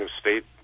state